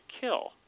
kill